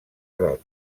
roig